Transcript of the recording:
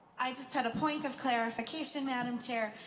i just had a point of clarification, madam chair.